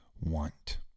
want